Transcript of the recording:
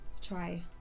try